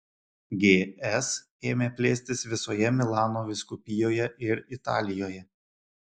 gs ėmė plėstis visoje milano vyskupijoje ir italijoje